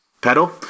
pedal